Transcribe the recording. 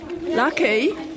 Lucky